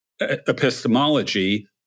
epistemology